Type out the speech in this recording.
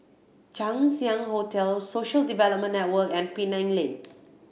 Chang Ziang Hotel Social Development Network and Penang Lane